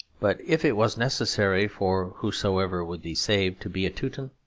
but if it was necessary for whosoever would be saved to be a teuton,